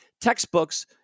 textbooks